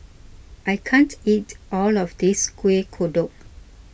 I can't eat all of this Kueh Kodok